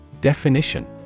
Definition